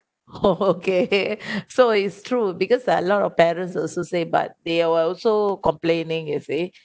okay so it's true because like a lot of parents also say but they are also complaining you see